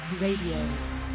Radio